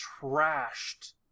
trashed